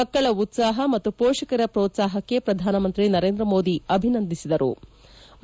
ಮಕ್ಕಳ ಉತ್ಸಾಹ ಮತ್ತು ಪೋಷಕರ ಪ್ರೋತ್ಸಾಹಕ್ಕೆ ಪ್ರಧಾನಮಂತ್ರಿ ನರೇಂದ್ರ ಮೋದಿ ಅಭಿನಂದನೆ ತಿಳಿಬದರು